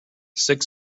six